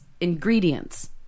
Ingredients